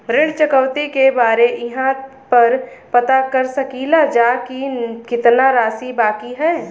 ऋण चुकौती के बारे इहाँ पर पता कर सकीला जा कि कितना राशि बाकी हैं?